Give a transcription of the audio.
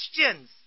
questions